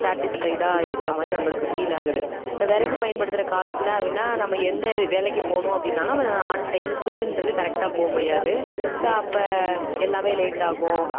சாட்டிஸ்ஃபைடாக இருக்கிற மாதிரி நம்மளுக்கு ஃபீல் ஆகுது விறகு பயன்படுத்துகிற காலத்தில் அப்படினா நம்ம எந்த வேலைக்கு போகணும் அப்படின்னாலும் நம்ம அதை ஆன் டைமுக்குகிறது கரெக்டாக போக முடியாது ஸோ அப்போ எல்லாமே லேட் ஆகும்